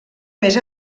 més